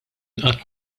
qatt